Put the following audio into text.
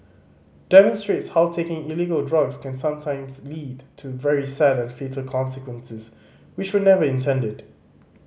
demonstrates how taking illegal drugs can sometimes lead to very sad and fatal consequences which were never intended